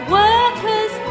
workers